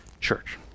Church